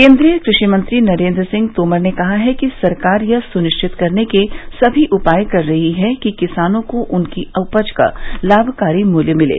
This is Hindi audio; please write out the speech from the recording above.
केन्द्रीय कृषि मंत्री नरेन्द्र सिंह तोमर ने कहा है कि सरकार यह सुनिश्चित करने के सभी उपाय कर रही है कि किसानों को उनकी उपज का लाभकारी मूल्य मिले